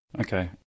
Okay